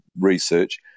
research